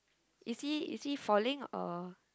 is he is he falling or